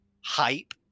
hype